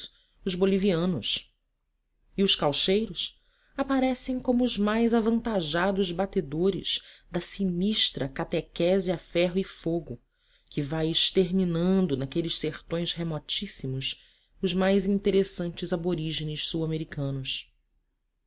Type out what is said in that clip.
os bolivianos e os caucheiros aparecem como os mais avantajados batedores da sinistra catequese a ferro e fogo que vai exterminando naqueles sertões remotíssimos os mais interessantes aborígenes sulamericanos